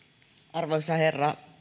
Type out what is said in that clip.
arvoisa herra